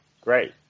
great